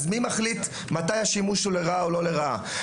אז מי מחליט מתי השימוש הוא לרעה או לא לרעה?